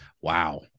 wow